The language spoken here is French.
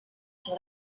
sur